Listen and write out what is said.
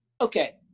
okay